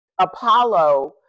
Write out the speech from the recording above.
Apollo